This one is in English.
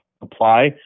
apply